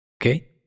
Okay